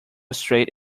straight